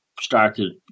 started